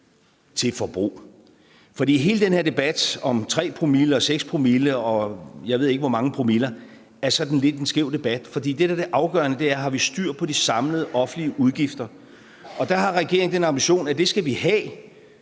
til forbrug. For hele den her debat om 3 promille og 6 promille, og jeg ved ikke, hvor mange promiller, er sådan lidt en skæv debat, for det, der er det afgørende, er, om vi har styr på de samlede offentlige udgifter. Og der har regeringen den ambition, at det skal vi have,